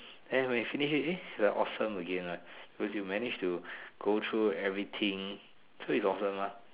the when you finished it eh awesome again right because you managed to go through everything so it's awesome lah